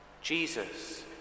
Jesus